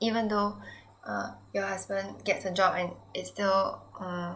even though uh your husband gets a job and it's still uh